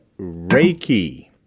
Reiki